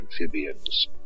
amphibians